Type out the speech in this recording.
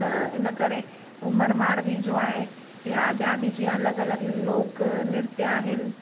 त इन करे उमर मार्वी जो आहे यां ॿिया बि जीअं अलॻि अलॻि लोक नृत्य आहिनि